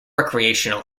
recreational